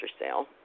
sale